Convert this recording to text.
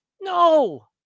No